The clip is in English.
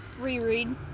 Reread